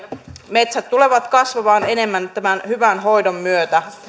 metsät tulevat kasvamaan enemmän tämän hyvän hoidon myötä